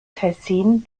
tessin